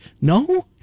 No